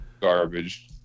Garbage